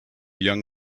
young